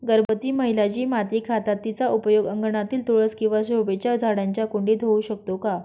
गर्भवती महिला जी माती खातात तिचा उपयोग अंगणातील तुळस किंवा शोभेच्या झाडांच्या कुंडीत होऊ शकतो का?